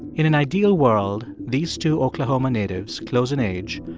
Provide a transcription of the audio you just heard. in an ideal world, these two oklahoma natives, close in age,